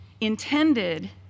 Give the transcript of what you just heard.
intended